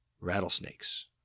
Rattlesnakes